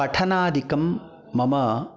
पठानादिकं मम